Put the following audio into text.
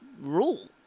rule